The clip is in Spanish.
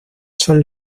son